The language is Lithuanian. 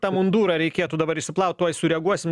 tą mundurą reikėtų dabar išsiplaut tuoj sureaguosim